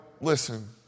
listen